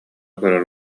көрөр